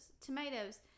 tomatoes